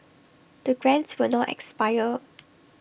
the grants will not expire